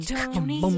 Tony